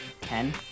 Ten